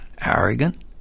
arrogant